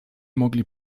mogli